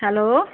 hello